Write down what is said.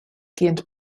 gained